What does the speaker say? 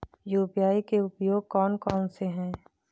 UPI के उपयोग कौन कौन से हैं?